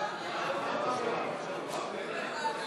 הציוני (זוהיר בהלול)